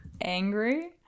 angry